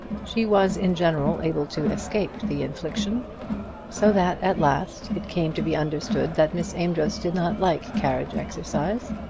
she was in general able to escape the infliction so that at last it came to be understood that miss amedroz did not like carriage exercise.